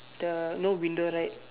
the no window right